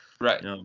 Right